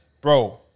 Bro